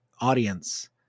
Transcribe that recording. audience